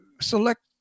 select